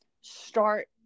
start